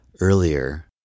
earlier